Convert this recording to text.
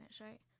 right